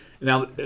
Now